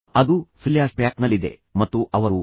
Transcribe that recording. ಅದು ಫ್ಲ್ಯಾಷ್ಬ್ಯಾಕ್ನಲ್ಲಿದೆ ಮತ್ತು ಅವರು ಐ